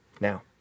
Now